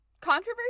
Controversy